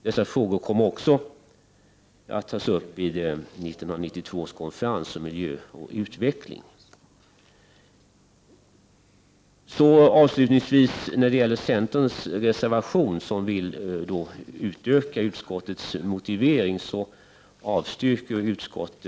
Dessa frågor kommer dessutom att tas uppi 1992 års konferens om miljö och utveckling. I centerns reservation föreslås en utökning av utskottets motivering. Utskottet avstyrker det kravet.